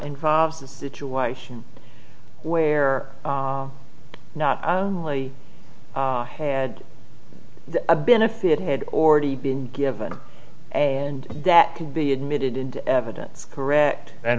involves a situation where not only had a benefit had already been given and that can be admitted into evidence correct and